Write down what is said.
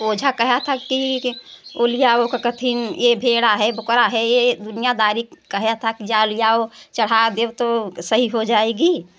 ओझा कहा था कि ओ ली आओ का कहिन ये भेड़ है बकरा है ये दुनियादारी कहा था कि जाओ ले आओ चढ़ा देओ तो सही हो जाएगी